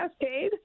cascade